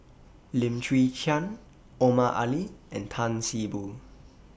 Lim Chwee Chian Omar Ali and Tan See Boo